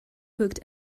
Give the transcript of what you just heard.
booked